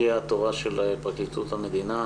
הגיע תורה של פרקליטות המדינה.